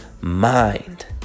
mind